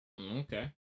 Okay